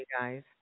guys